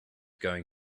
going